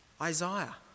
Isaiah